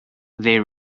they